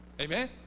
Amen